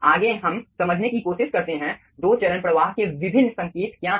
आगे हम समझने की कोशिश करते हैं दो चरण प्रवाह के विभिन्न संकेत क्या हैं